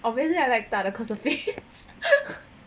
obviously I like 大的 cause the face